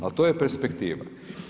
Ali to je perspektiva.